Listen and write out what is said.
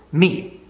me.